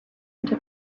into